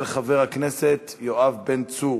הצעה מס' 1235 של חבר הכנסת יואב בן צור.